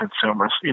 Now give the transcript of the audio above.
consumers